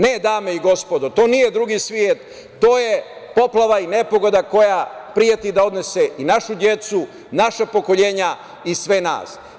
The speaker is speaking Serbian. Ne, dame i gospodo, to nije drugi svet, to je poplava i nepogoda koja preti da odnese i našu decu, naša pokoljenja i sve nas.